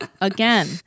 again